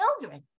children